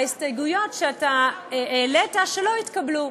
להסתייגויות שהעלית שלא התקבלו,